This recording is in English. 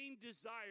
desire